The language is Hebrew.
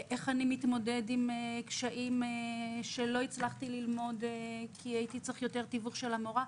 התמודדות עם קשיים ללמוד כי צריך יותר תיווך של המורה.